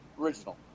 Original